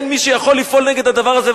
ואין מי שיכול לפעול נגד הדבר הזה,